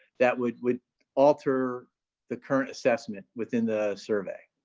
that would would alter the current assessment within the survey?